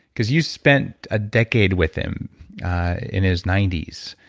because you spent a decade with him in his ninety s,